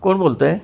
कोण बोलत आहे